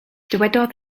dywedodd